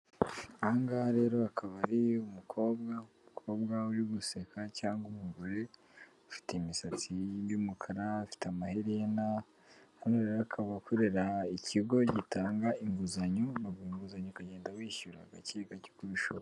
Aha ngaha rero akaba ari umukobwa, umukobwa uri guseka cyangwa umugore ufite imisatsi y'umukara, afite amaherena. Hano rero akaba akorera ikigo gitanga inguzanyo, baguha inguzanyo ukagenda wishyura gake gake uko bishoboye.